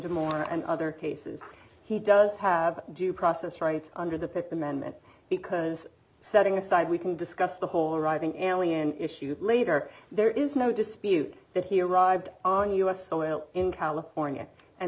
gomorrah and other cases he does have due process rights under the th amendment because setting aside we can discuss the whole arriving and when issued later there is no dispute that he arrived on u s soil in california and